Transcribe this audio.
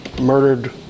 murdered